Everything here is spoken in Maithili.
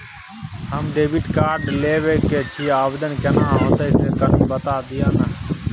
हम डेबिट कार्ड लेब के छि, आवेदन केना होतै से कनी बता दिय न?